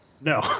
no